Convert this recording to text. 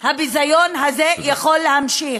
הביזיון הזה יכול להמשיך?